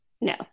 No